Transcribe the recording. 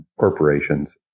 Corporations